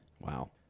Wow